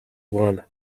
won